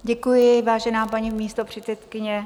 Děkuji, vážená paní místopředsedkyně.